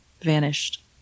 vanished